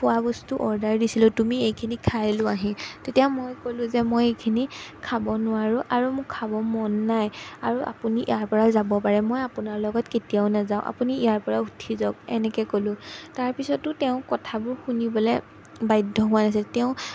খোৱাবস্তু অৰ্ডাৰ দিছিলোঁ তুমি এইখিনি খাই লোৱাহি তেতিয়া মই ক'লোঁ যে মই এইখিনি খাব নোৱাৰোঁ আৰু মোৰ খাব মন নাই আৰু আপুনি ইয়াৰ পৰা যাব পাৰে মই আপোনাৰ লগত কেতিয়াও নাযাওঁ আপুনি ইয়াৰ পৰা উঠি যাওক এনেকৈ ক'লোঁ তাৰপিছতো তেওঁ কথাবোৰ শুনিবলৈ বাধ্য হোৱা নাছিল তেওঁ